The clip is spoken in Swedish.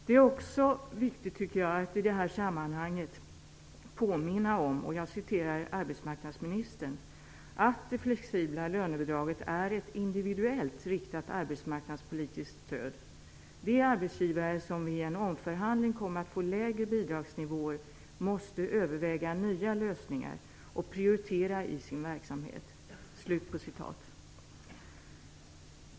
Det är också viktigt, tycker jag, att i det här sammanhanget påminna om vad arbetsmarknadsministern sagt, nämligen "att det flexibla lönebidraget är ett individuellt riktat arbetsmarknadspolitiskt stöd". Vidare säger arbetsmarknadsministern att "de arbetsgivare som vid en omförhandling kommer att få lägre bidragnivåer måste överväga nya lösningar och prioritera i sin verksamhet".